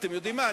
אתם יודעים מה?